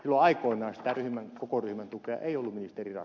silloin aikoinaan sitä koko ryhmän tukea eu minister